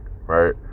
right